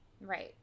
Right